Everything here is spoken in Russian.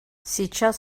сейчас